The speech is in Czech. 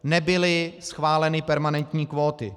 Nebyly schváleny permanentní kvóty.